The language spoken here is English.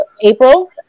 April